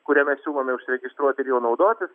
kuriame siūlome užsiregistruoti ir juo naudotis